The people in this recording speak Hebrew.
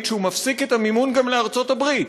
שהוא מפסיק את המימון גם לארצות-הברית.